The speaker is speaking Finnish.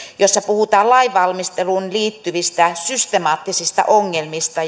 jossa puhutaan lainvalmisteluun liittyvistä systemaattisista ongelmista